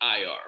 IR